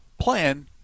plan